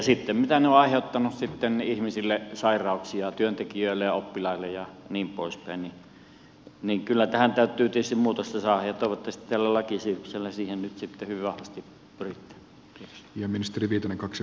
ja sitten kun ne ovat aiheuttaneet ihmisille sairauksia työntekijöille ja oppilaille ja niin poispäin niin kyllä tähän täytyy tietysti muutosta saada ja toivottavasti tällä lakiesityksellä siihen nyt sitten hyvin vahvasti pyritään